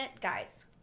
guys